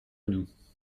nous